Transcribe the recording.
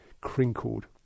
crinkled